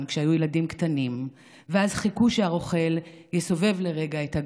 כשהיו ילדים קטנים ואז חיכו שהרוכל יסובב לרגע את הגב,